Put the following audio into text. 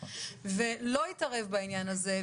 ולא התערב בעניין הזה.